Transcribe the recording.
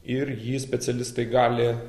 ir jį specialistai gali